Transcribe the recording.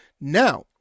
Now